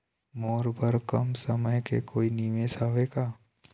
मोर बर कम समय के कोई निवेश हावे का?